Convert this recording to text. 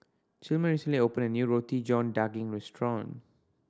Tilman recently opened a new Roti John Daging restaurant